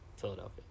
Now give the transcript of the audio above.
Philadelphia